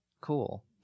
cool